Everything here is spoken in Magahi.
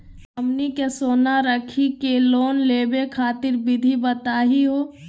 हमनी के सोना रखी के लोन लेवे खातीर विधि बताही हो?